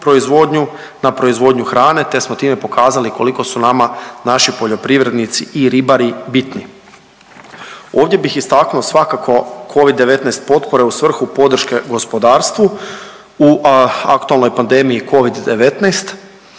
proizvodnju, na proizvodnju hrane, te smo time pokazali koliko su nama naši poljoprivrednici i ribari bitni. Ovdje bih istaknuo svakako covid-19 potpore u svrhu podrške gospodarstvu u aktualnoj pandemiji covid-19